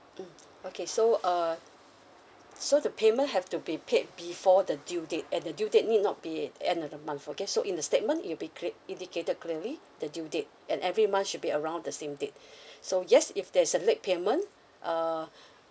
mm okay so err so the payment have to be paid before the due date and the due date need not be at end of the month okay so in the statement it'll be gre~ indicated clearly the due date and every month should be around the same date so yes if there's a late payment err